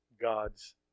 God's